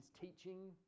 teaching